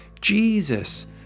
Jesus